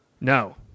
No